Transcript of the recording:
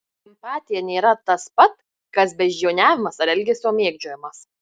empatija nėra tas pat kas beždžioniavimas ar elgesio mėgdžiojimas